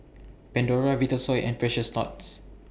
Pandora Vitasoy and Precious Thots